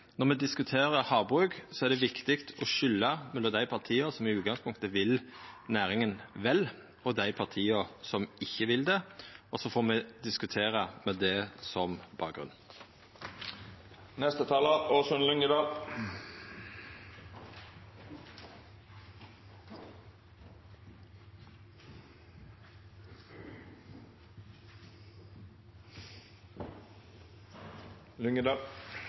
når me diskuterer havbruk, er det viktig å skilja mellom dei partia som i utgangspunktet vil næringa vel, og dei partia som ikkje vil det, og så får me diskutera med det som